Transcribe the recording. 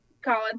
Colin